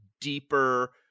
deeper